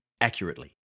accurately